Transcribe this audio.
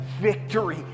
victory